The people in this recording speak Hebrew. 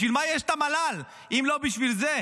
בשביל מה יש את המל"ל אם לא בשביל זה?